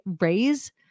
raise